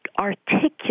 articulate